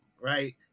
right